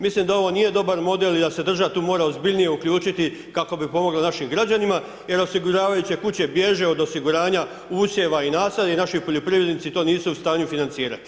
Mislim da ovo nije dobar model i da se država tu mora ozbiljnije uključiti kako bi pomogla našim građanima jer osiguravajuće kuće bježe od osiguranja usjeva i nasada i naši poljoprivrednici to nisu u stanju financirati.